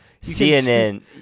CNN